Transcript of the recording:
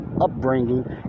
upbringing